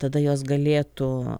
tada jos galėtų